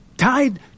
tied